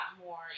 more